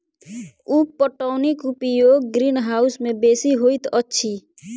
उप पटौनीक उपयोग ग्रीनहाउस मे बेसी होइत अछि